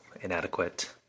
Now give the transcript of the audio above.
inadequate